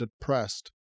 depressed